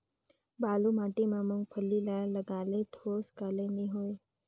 बालू माटी मा मुंगफली ला लगाले ठोस काले नइ होथे?